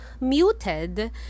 muted